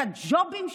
את הג'ובים שלהם,